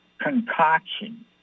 concoction